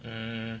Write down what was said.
mm